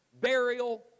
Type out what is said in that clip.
burial